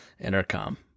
intercom